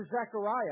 Zechariah